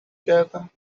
کردم